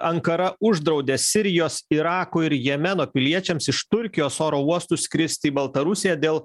ankara uždraudė sirijos irako ir jemeno piliečiams iš turkijos oro uostų skristi į baltarusiją dėl